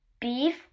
Beef